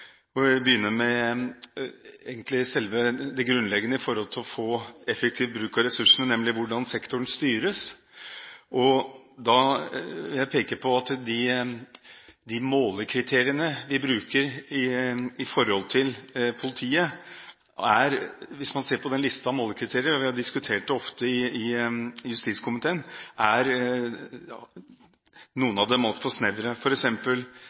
og jeg vil begynne med selve det grunnleggende for å få effektiv bruk av ressursene, nemlig hvordan sektoren styres. Hvis man ser på den listen over målekriterier vi bruker på politiet, vil jeg peke på at noen av dem – vi har diskutert det ofte i justiskomiteen – er